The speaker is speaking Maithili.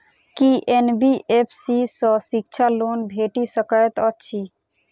की एन.बी.एफ.सी सँ शिक्षा लोन भेटि सकैत अछि?